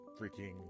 freaking